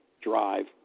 drive